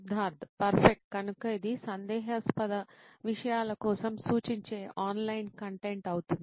Siddharth perfect కనుక ఇది సందేహాస్పద విషయాల కోసం సూచించే ఆన్లైన్ కంటెంట్ అవుతుంది